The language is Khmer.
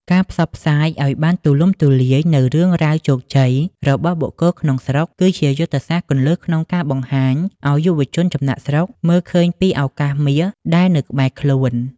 ការផ្សព្វផ្សាយឱ្យបានទូលំទូលាយនូវរឿងរ៉ាវជោគជ័យរបស់បុគ្គលក្នុងស្រុក គឺជាយុទ្ធសាស្ត្រគន្លឹះក្នុងការបង្ហាញឱ្យយុវជនចំណាកស្រុកមើលឃើញពីឱកាសមាសដែលនៅក្បែរខ្លួន។